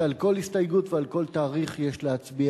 שעל כל הסתייגות ועל כל תאריך יש להצביע,